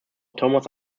thomas